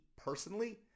personally